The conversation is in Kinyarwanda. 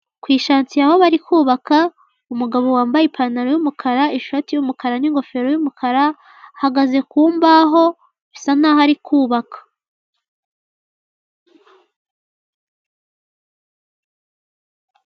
Ku ishansiye aho bari kubaka umugabo wambaye ipantaro y'umukara, ishati y'umukara n'ingofero y'umukara, ahagaze ku mbaho bisa n'aho ari kubaka.